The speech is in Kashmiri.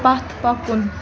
پتھ پکُن